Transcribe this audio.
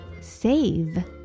Save